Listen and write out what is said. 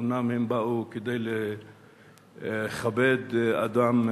אומנם הם באו כדי לכבד אדם,